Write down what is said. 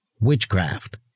witchcraft